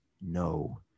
no